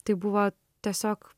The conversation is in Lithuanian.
tai buvo tiesiog